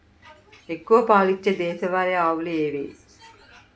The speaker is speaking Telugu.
ఎక్కువ పాలు ఇచ్చే దేశవాళీ ఆవులు ఏవి?